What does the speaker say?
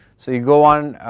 so, you go on,